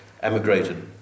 emigrated